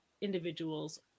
individuals